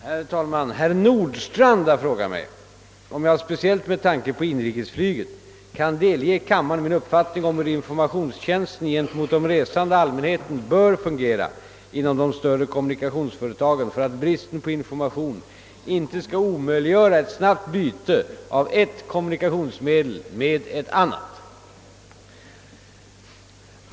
Herr talman! Herr Nordstrandh har frågat mig, om jag — speciellt med tanke på inrikesflyget — kan delge kammaren min uppfattning om hur informa tionstjänsten gentemot den resande allmänheten bör fungera inom de större kommunikationsföretagen för att bristen på information inte skall omöjliggöra ett snabbt byte av ett kommunikationsmedel mot ett annat.